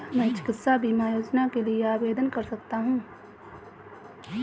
क्या मैं चिकित्सा बीमा योजना के लिए आवेदन कर सकता हूँ?